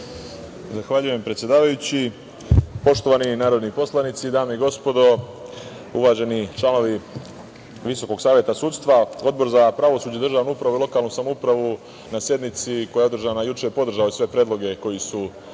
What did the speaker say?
Zahvaljujem predsedavajući. Poštovani narodni poslanici, dame i gospodo, uvaženi članovi VSS, Odbor za pravosuđe, državnu upravu i lokalnu samoupravu, na sednici koja je održana juče, podržala je sve predloge koji su